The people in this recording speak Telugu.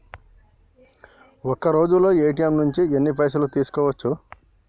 ఒక్కరోజులో ఏ.టి.ఎమ్ నుంచి ఎన్ని పైసలు తీసుకోవచ్చు?